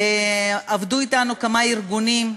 עבדו אתנו כמה ארגונים,